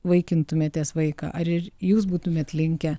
vaikintumėtės vaiką ar ir jūs būtumėte linkę